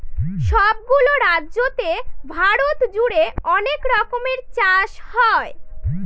সব গুলো রাজ্যতে ভারত জুড়ে অনেক রকমের চাষ হয়